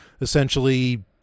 essentially